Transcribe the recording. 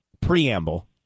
preamble